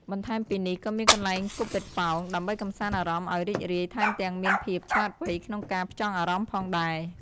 បន្ថែមពីនេះ ក៏មានកន្លែងគប់ប៉េងប៉ោង ដើម្បីកំសាន្តអារម្មណ៍អោយរីករាយ ថែមទាំងមានភាពឆ្លាតវ័យក្នុងការផ្ចង់អារម្មណ៍ផងដែរ។